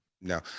no